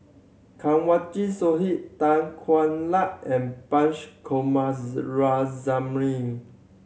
Kanwaljit Tan Hwa Luck and Punch